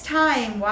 time